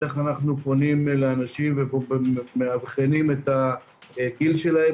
אז איך פונים לאנשים ומאבחנים את הגיל שלהם?